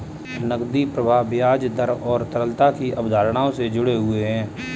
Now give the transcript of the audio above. नकदी प्रवाह ब्याज दर और तरलता की अवधारणाओं से जुड़े हुए हैं